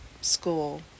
school